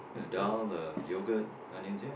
you know dhal the yogurt onions ya